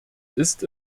ist